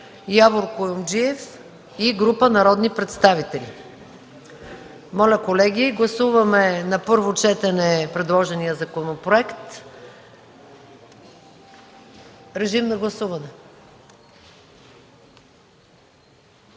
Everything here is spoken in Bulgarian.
Явор Куюмджиев и група народни представители. Колеги, гласуваме на първо четене предложения законопроект. Гласували